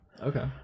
Okay